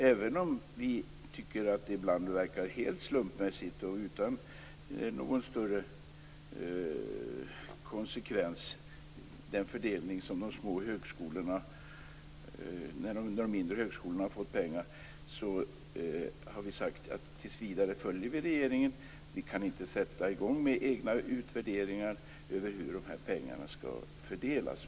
Även om vi ibland tycker att fördelningen av pengar till de mindre högskolorna verkar vara slumpmässig och utan någon större konsekvens har vi sagt att vi tills vidare följer regeringen. Vi kan inte sätta i gång med egna utvärderingar av hur de här pengarna skall fördelas.